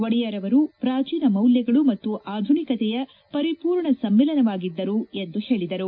ಒಡೆಯರ್ ಅವರು ಪ್ರಾಚೀನ ಮೌಲ್ಲಗಳು ಮತ್ತು ಆಧುನಿಕತೆಯ ಪರಿಪೂರ್ಣ ಸಮ್ಲಿಲನವಾಗಿದ್ದರು ಎಂದು ಹೇಳದರು